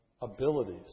abilities